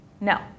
No